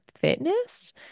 fitness